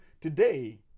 today